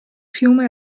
fiume